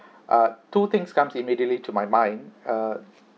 uh two things comes immediately to my mind uh